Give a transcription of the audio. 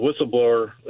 whistleblower